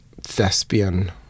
thespian